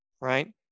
right